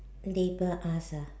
later ask ah